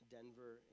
Denver